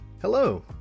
Hello